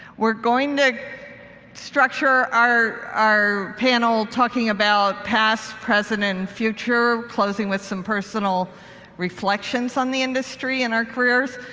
we're going to structure our our panel talking about past, present and future, closing with some personal reflections on the industry and our careers.